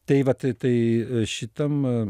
tai vat tai tai šitam